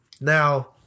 Now